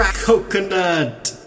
coconut